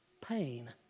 Pain